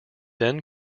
then